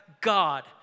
God